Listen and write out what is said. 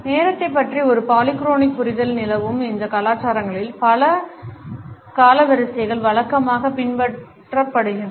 நேரத்தைப் பற்றி ஒரு பாலிக்ரோனிக் புரிதல் நிலவும் அந்த கலாச்சாரங்களில் பல காலவரிசைகள் வழக்கமாக பின்பற்றப்படுகின்றன